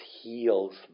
heals